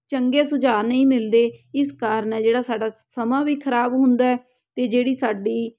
ਚੰਗੇ ਸੁਝਾਅ ਨਹੀਂ ਮਿਲਦੇ ਇਸ ਕਾਰਨ ਹੈ ਜਿਹੜਾ ਸਾਡਾ ਸਮਾਂ ਵੀ ਖਰਾਬ ਹੁੰਦਾ ਹੈ ਅਤੇ ਜਿਹੜੀ ਸਾਡੀ